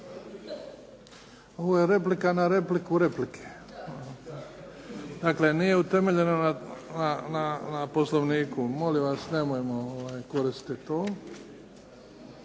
Ovo je replika na repliku replike, dakle nije utemeljena na Poslovniku. Molim vas nemojmo koristit to.